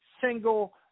single